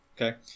okay